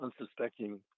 unsuspecting